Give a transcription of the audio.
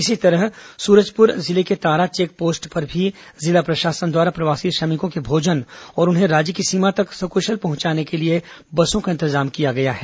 इसी तरह सूरजपुर जिले के तारा चेक पोस्ट पर भी जिला प्रशासन द्वारा प्रवासी श्रमिकों के भोजन और उन्हें राज्य की सीमा तक सकुशल पहुंचाने के लिए बसों का इंतजाम किया गया है